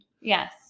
Yes